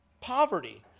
poverty